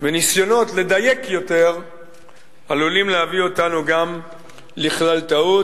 וניסיונות לדייק יותר עלולים להביא אותנו לכלל טעות,